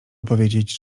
powiedzieć